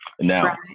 Now